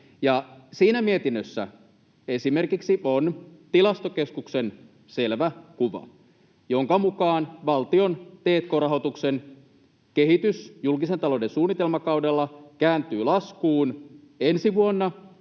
Siinä mietinnössä esimerkiksi on Tilastokeskuksen selvä kuva, jonka mukaan valtion t&k-rahoituksen kehitys julkisen talouden suunnitelmakaudella kääntyy laskuun ensi vuonna